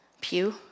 pew